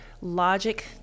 logic